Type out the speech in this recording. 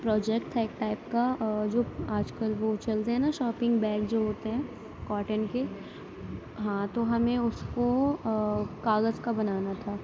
project تھا ایک type کا آ جو آجکل وہ چلتے ہیں نا شاپنگ بیگ جو ہوتے ہیں کاٹن کے ہاں تو ہمیں اس کو کاغذ کا بنانا تھا